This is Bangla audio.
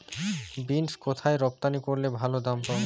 বিন্স কোথায় রপ্তানি করলে ভালো দাম পাব?